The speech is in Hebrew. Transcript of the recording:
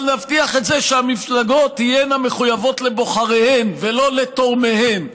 אבל נבטיח שהמפלגות תהיינה מחויבות לבוחריהן ולא לתורמיהן,